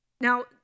now